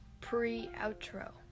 pre-outro